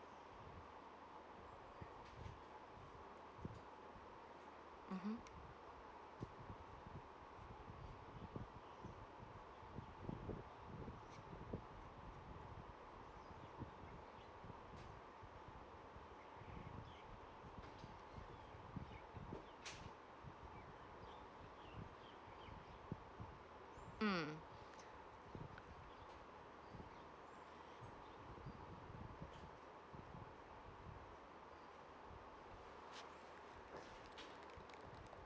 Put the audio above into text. (uh huh) hmm